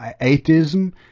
atheism